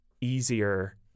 easier